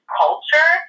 culture